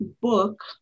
book